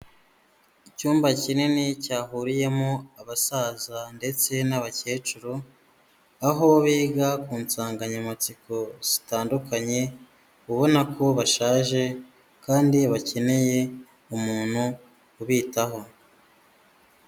Icyumba kinini cyahuriyemo abasaza ndetse n'abakecuru, aho biga ku nsanganyamatsiko zitandukanye, ubona ko bashaje kandi bakeneye umuntu ubitaho.